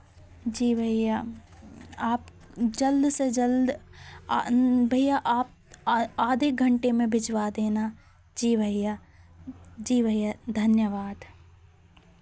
जी भैया आप जल्द से जल्द भैया आप आधे घंटे में भिजवा देना जी भैया जी भैया धन्यवाद